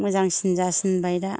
मोजांसिन जासिनबाय दा